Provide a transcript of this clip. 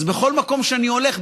אז בכל מקום שאני הולך,